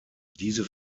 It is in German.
diese